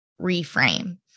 reframe